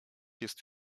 jest